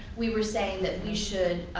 we were saying that we should,